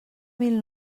mil